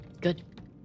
Good